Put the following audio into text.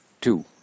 two